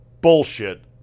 bullshit